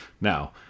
Now